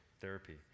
therapy